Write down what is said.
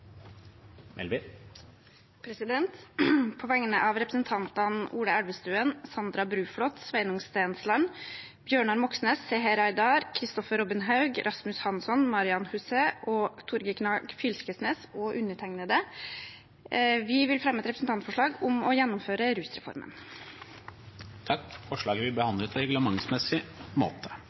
representantforslag. På vegne av representantene Ola Elvestuen, Sandra Bruflot, Sveinung Stensland, Bjørnar Moxnes, Seher Aydar, Kristoffer Robin Haug, Rasmus Hansson, Marian Abdi Hussein, Torgeir Knag Fylkesnes og meg selv vil jeg fremme et representantforslag om å gjennomføre rusreformen. Forslaget vil bli behandlet på reglementsmessig måte.